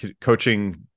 coaching